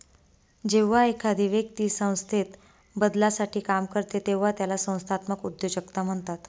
जेव्हा एखादी व्यक्ती संस्थेत बदलासाठी काम करते तेव्हा त्याला संस्थात्मक उद्योजकता म्हणतात